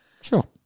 Sure